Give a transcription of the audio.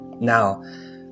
now